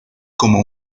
como